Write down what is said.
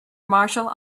martial